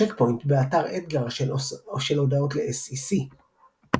צ'ק פוינט, באתר EDGAR של הודעות ל-SEC ==